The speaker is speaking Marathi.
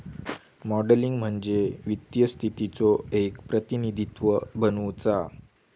मॉडलिंग म्हणजे वित्तीय स्थितीचो एक प्रतिनिधित्व बनवुचा